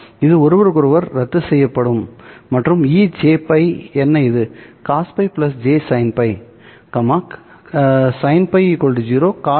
இது ஒருவருக்கொருவர் ரத்துசெய்யப்படும் மற்றும் ejπ என்ன இது cosπ jsinπ sinπ 0 cosπ 1